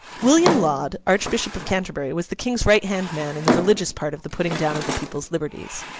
william laud, archbishop of canterbury, was the king's right-hand man in the religious part of the putting down of the people's liberties.